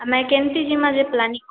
ଆମେ କେନ୍ତି ଯିମା ଯେ ପ୍ଲାନିଂ କର୍ମା